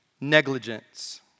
negligence